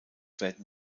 werden